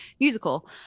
musical